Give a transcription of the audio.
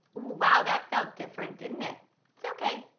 wow! that felt different didn't it? it's okay.